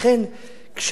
כשבאה קבוצה